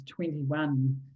21